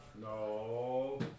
No